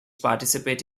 participate